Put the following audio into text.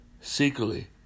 Secretly